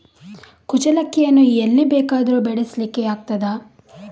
ಕುಚ್ಚಲಕ್ಕಿಯನ್ನು ಎಲ್ಲಿ ಬೇಕಾದರೂ ಬೆಳೆಸ್ಲಿಕ್ಕೆ ಆಗ್ತದ?